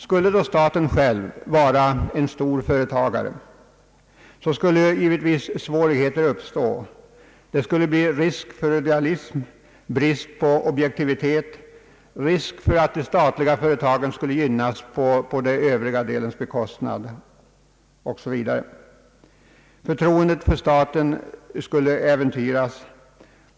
Vore staten själv en stor företagare skulle givetvis svårigheter uppstå, t.ex. risk för dualism, brist på objektivitet och risk för att de statliga företagen skulle gynnas på det övriga näringslivets bekostnad. Förtroendet för staten skulle äventyras.